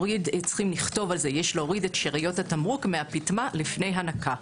לכתוב על זה יש להוריד את שאריות התמרוק מהפטמה לפני הנקה.